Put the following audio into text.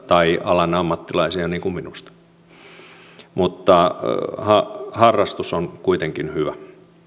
tai alan ammattilaisia niin kuin minusta mutta harrastus on kuitenkin hyvä